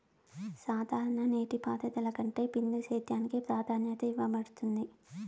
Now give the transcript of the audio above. సాధారణ నీటిపారుదల కంటే బిందు సేద్యానికి ప్రాధాన్యత ఇవ్వబడుతుంది